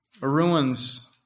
ruins